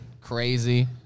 Crazy